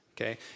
Okay